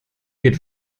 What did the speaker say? geht